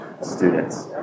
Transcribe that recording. students